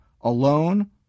alone